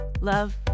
Love